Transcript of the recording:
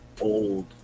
old